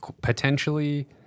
Potentially